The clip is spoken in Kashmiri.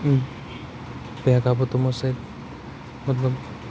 بیٚیہِ ہٮ۪کا بہٕ تِمو سۭتۍ مطلب